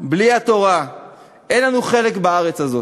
בלי התורה אין לנו חלק בארץ הזאת,